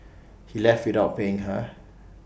he left without paying her